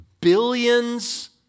billions